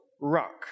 rock